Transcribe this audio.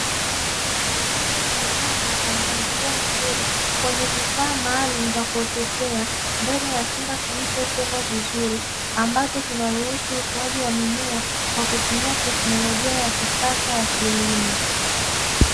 Miche iliyopandwa kwa mpangilio mzuri kwenye vifaa maalumu vya kuoteshea ndani ya chumba kilichotegwa vizuri, ambacho kinaruhusu ukuaji wa mimea kwa kutumia teknolojia ya kisasa ya kilimo.